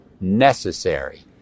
necessary